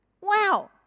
Wow